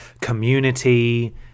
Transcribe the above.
community